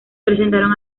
presentaron